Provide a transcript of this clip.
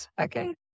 Okay